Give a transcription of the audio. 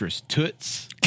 toots